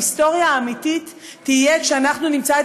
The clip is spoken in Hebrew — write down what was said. ההיסטוריה האמיתית תהיה כשאנחנו נמצא את